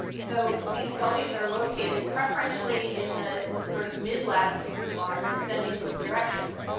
so these gullies are located preferentially in the in the sort of mid-latitudes of mars, extending both directions.